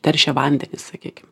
teršė vandenį sakykim